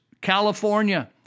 California